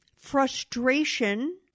Frustration